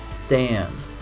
stand